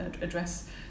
address